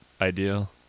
ideal